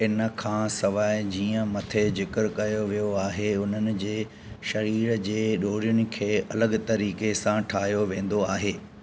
हिन खां सवाइ जीअं मथे ज़िक्रु कयो वियो आहे उन्हनि जे सरीर जे ॾोरिनि खे अलॻि तरीक़े सां ठाहियो वेंदो आहे